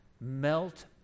melt